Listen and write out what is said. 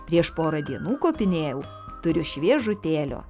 prieš porą dienų kopinėjau turiu šviežutėlio